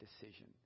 decision